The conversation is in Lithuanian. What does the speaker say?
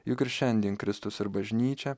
juk ir šiandien kristus ir bažnyčia